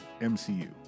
MCU